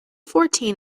fourteen